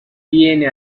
tiene